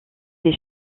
des